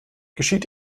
geschieht